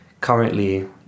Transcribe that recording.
currently